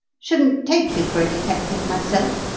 shouldn't take you for a detective myself,